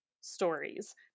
stories